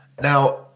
Now